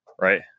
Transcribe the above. right